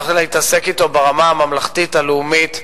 צריך להתעסק אתו ברמה הממלכתית הלאומית.